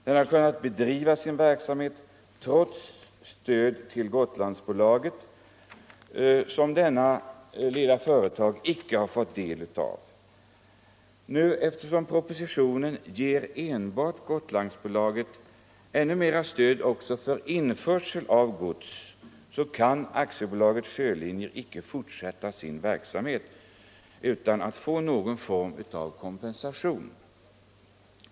Det har kunnat bedriva sin verksamhet trots stödet till Gotlandsbolaget, som AB Sjölinjer icke har fått del av. Eftersom propositionen ger enbart Gotlandsbolaget ännu mer stöd, också för införsel av gods, kan AB Sjölinjer icke fortsätta sin verksamhet utan att få någon form av kompensation.